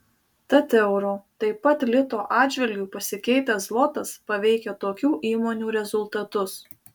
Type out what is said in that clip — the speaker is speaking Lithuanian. tad euro taip pat lito atžvilgiu pasikeitęs zlotas paveikia tokių įmonių rezultatus